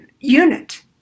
unit